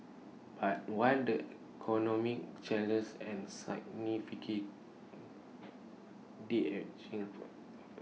but while the economic challenges and significant the ageing for